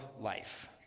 Life